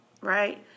right